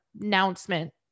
announcement